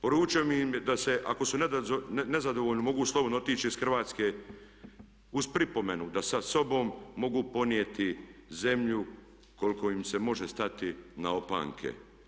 Poručio im je da ako su nezadovoljni mogu slobodno otići iz Hrvatske uz pripomenu da sa sobom mogu ponijeti zemlju koliko im se može stati na opanke.